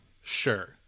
Sure